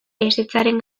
ezetzaren